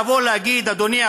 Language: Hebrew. לבוא ולהגיד: אדוני,